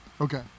okay